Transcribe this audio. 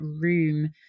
room